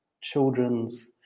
Children's